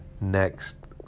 Next